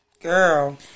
girl